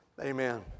Amen